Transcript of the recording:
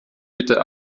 bitte